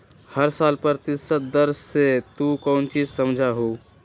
हर साल प्रतिशत दर से तू कौचि समझा हूँ